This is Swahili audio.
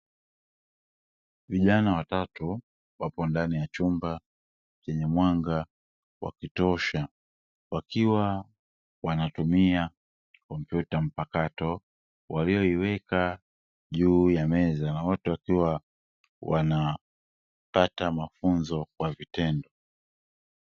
Vijana watatu, wapo ndani ya chumba chenye mwanga wa kutosha, wakiwa wanatumia kompyuta mpakato, waliyo iweka juu ya meza, wakiwa wanapata mafunzo kwa vitendo.